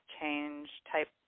change-type